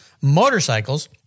motorcycles